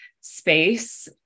space